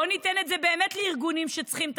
בואו ניתן זה באמת לארגונים שצריכים את